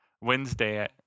Wednesday